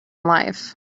life